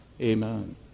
amen